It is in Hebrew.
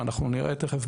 אנחנו נראה תכף,